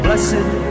Blessed